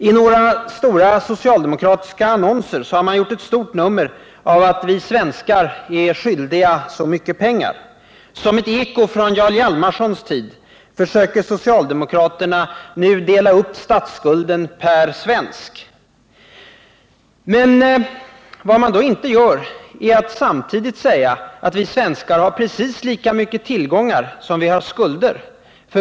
I några stora socialdemokratiska annonser har man gjort ett stort nummer av att vi svenskar är skyldiga så mycket pengar. Som ett eko från Jarl Hjalmarsons tid försöker socialdemokraterna nu dela upp statsskulden per svensk. Men vad man då inte gör är att samtidigt säga att vi svenskar har precis lika mycket tillgångar som skulder.